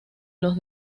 los